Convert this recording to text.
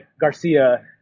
Garcia